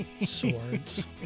swords